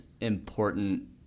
important